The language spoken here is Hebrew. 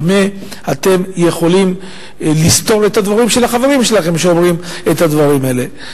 במה אתם יכולים לסתור את הדברים של החברים שלכם שאומרים את הדברים האלה?